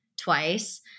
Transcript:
twice